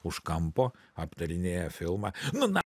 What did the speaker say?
už kampo aptarinėja filmą žmona